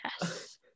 Yes